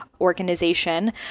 organization